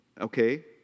okay